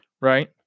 right